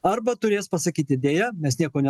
arba turės pasakyti deja mes nieko ne